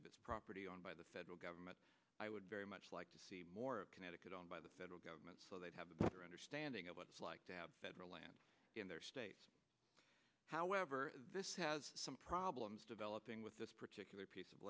point property owned by the federal government i would very much like to see more of connecticut on by the federal government so they have a better understanding of what it's like to have federal land in their states however this has some problems developing with this particular piece of